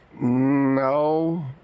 No